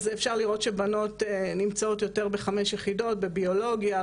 אפשר לראות שבנות נמצאות יותר בחמש יחידות בביולוגיה,